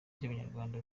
ry’abanyarwanda